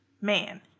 Man